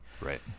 right